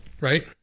right